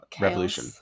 Revolution